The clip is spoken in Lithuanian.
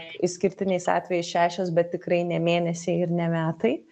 išskirtiniais atvejais šešios bet tikrai ne mėnesiai ir ne metai